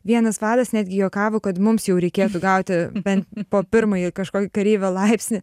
vienas vadas netgi juokavo kad mums jau reikėtų gauti bent po pirmąjį kažkokį kareivio laipsnį